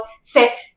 set